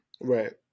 Right